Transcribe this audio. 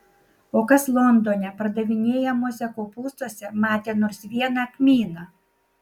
o kas londone pardavinėjamuose kopūstuose matė nors vieną kmyną